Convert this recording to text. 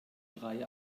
drei